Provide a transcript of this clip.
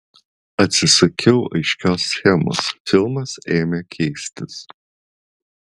atsisakiau aiškios schemos filmas ėmė keistis